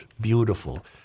beautiful